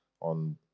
on